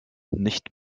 nicht